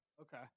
Okay